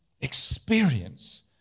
experience